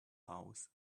house